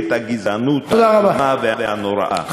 להפסיק את הגזענות האיומה והנוראה.